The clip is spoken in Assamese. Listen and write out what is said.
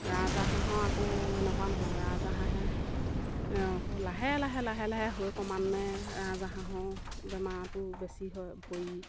ৰাজহাঁহৰ আকৌ এনেকুৱা নহয় ৰাজহাঁহে লাহে লাহে লাহে লাহে হৈ ক্ৰমান্বয়ে ৰাজাহাঁহৰ বেমাৰটো বেছি হয় ভৰি